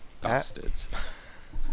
Bastards